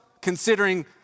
considering